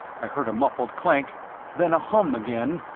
i heard a muffled clank then a hum began,